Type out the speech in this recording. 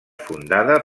fundada